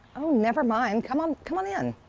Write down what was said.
oh, nevermind. come on come on in.